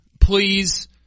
please